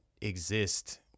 exist